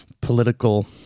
political